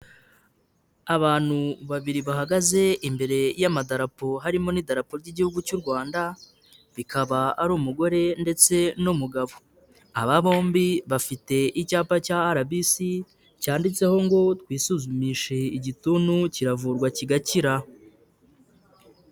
Abantu babiri bahagaze imbere y'amadarapo harimo n'Idarapo ry'Igihugu cy'u Rwanda, bikaba ari umugore ndetse n'umugabo, aba bombi bafite icyapa cya RBC cyanditseho ngo twisuzumishe igituntu kiravurwa kigakira.